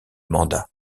mandat